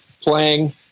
playing